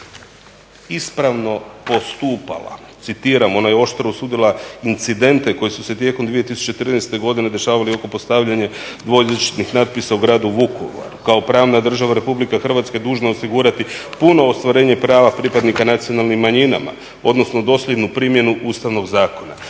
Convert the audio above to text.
ispravno postupala citiram ona je "oštro osudila incidente koji su se tijekom 2013.godine dešavala oko postavljanja dvojezičnih natpisa u gradu Vukovaru. Kao pravna država RH je dužna osigurati puna ostvarenja prava pripadnika nacionalnih manjina odnosno dosljednu primjenu Ustavnog zakona",